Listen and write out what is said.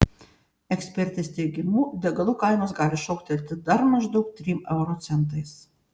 ekspertės teigimu degalų kainos gali šoktelti dar maždaug trim euro centais